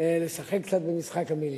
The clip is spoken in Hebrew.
לשחק קצת במשחק המלים.